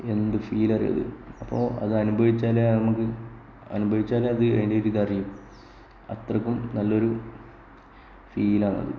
എന്ത് ഫീലാന്നറിയുമോ അത് അപ്പോൾ അത് അനുഭവിച്ചാലേ നമുക്ക് അനുഭവിച്ചാലേ അത് ഇതറിയൂ അത്രക്കും നല്ലൊരു ഫീലാണത്